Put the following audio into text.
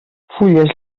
fulles